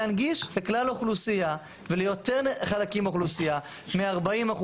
להנגיש לכלל האוכלוסייה וליותר חלקים באוכלוסייה מ-40%